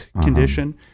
condition